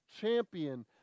champion